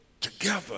together